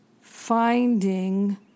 finding